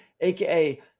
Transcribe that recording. aka